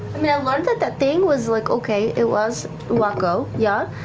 mean, i learned that that thing was like, okay, it was waccoh, yeah,